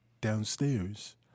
downstairs